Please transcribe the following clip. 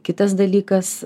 kitas dalykas